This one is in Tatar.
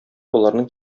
боларның